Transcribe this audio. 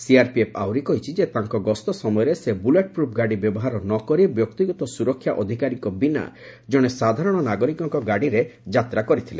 CRPF ଆହୁରି କହିଛି ତାଙ୍କର ଗସ୍ତ ସମୟରେ ସେ ବୁଲେଟ୍ପ୍ରଫ୍ ଗାଡ଼ି ବ୍ୟବହାର ନ କରି ବ୍ୟକ୍ତିଗତ ସୁରକ୍ଷା ଅଧିକାରୀଙ୍କ ବିନା ଜଣେ ସାଧାରଣ ନାଗରିକଙ୍କ ଗାଡ଼ିରେ ଯାତ୍ରା କରିଥିଲେ